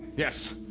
yes,